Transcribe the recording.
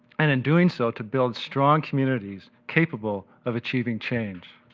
and in doing so, to build strong communities capable of achieving change.